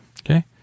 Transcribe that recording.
Okay